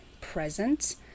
present